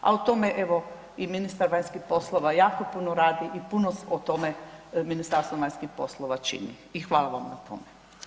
A o tome evo i ministar vanjskih poslova jako puno radi i puno o tome Ministarstvo vanjskih poslova čini i hvala vam na tome.